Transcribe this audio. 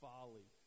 Folly